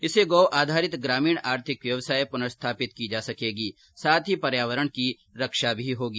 इससे गौ आधारित ग्रामीण आर्थिक व्यवस्था पुनस्थापित की जा सकेगी साथ ही पर्यावरण की रक्षा भी होगी